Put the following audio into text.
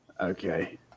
Okay